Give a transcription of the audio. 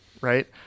right